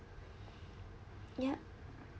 yup